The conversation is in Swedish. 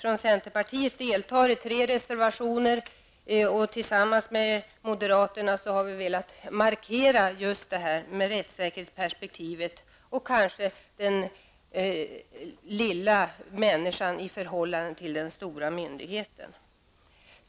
Vi centerpartister står bakom tre reservationer; tillsammans med moderaterna har vi velat markera rättssäkerhetsperspektivet, kanske för den lilla människan i förhållande till den stora myndigheten.